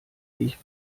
ich